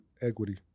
equity